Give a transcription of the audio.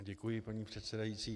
Děkuji, paní předsedající.